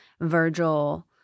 Virgil